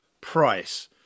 price